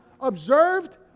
observed